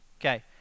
Okay